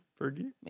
Fergie